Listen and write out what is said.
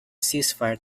ceasefire